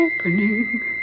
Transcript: Opening